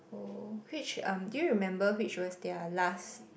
oh which um do you remember which was their last